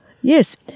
Yes